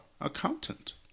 accountant